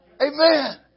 Amen